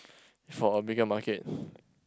for a bigger market